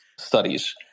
Studies